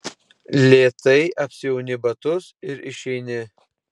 lėtai apsiauni batus ir išeini